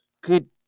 good